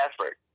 effort